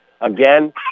Again